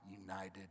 united